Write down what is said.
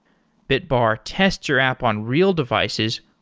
bitbar tests your app on real devices,